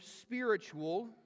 spiritual